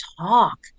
talk